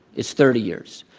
it's thirty years.